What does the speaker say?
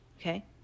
Okay